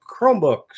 Chromebooks